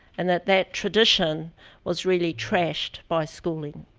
and that that tradition was really trashed by schooling.